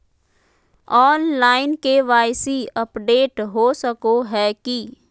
Online KYC update हो सको है की?